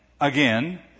again